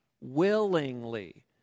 willingly